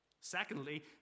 Secondly